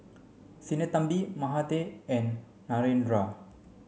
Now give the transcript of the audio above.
Sinnathamby Mahade and Narendra